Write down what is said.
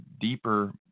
deeper